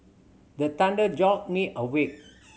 the thunder jolt me awake